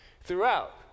throughout